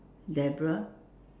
Deborah